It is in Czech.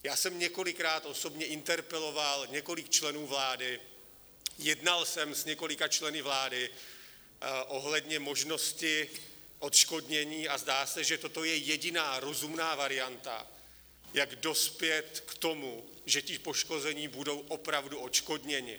Já jsem několikrát osobně interpeloval několik členů vlády, jednal jsem s několika členy vlády ohledně možnosti odškodnění a zdá se, že toto je jediná rozumná varianta, jak dospět k tomu, že poškození budou opravdu odškodněni.